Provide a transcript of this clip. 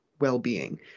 well-being